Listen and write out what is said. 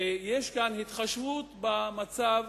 ויש התחשבות במצב